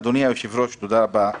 תודה רבה,